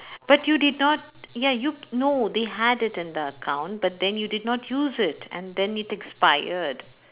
but you did not ya you no they had it in the account but then you did not use it and then it expired